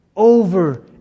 Over